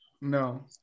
No